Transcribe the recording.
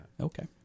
Okay